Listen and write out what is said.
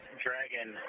dragon,